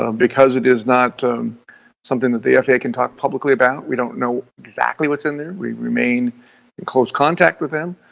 um because it is not something that the faa can talk publicly about, we don't know exactly what's in there. we remain in close contact with them,